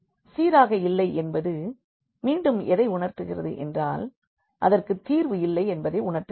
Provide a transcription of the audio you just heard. சீராக இல்லை என்பது மீண்டும் எதை உணர்த்துகிறது என்றால் அதற்கு தீர்வு இல்லை என்பதை உணர்த்துகிறது